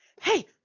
hey